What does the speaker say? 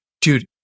dude